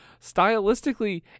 stylistically